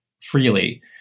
freely